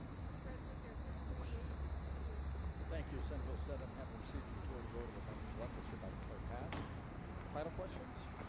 mr. president there are thirty three days to excuse thank you senate bill seven haven't received a majority vote of the members electus hereby declare pass title questions